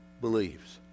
believes